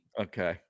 Okay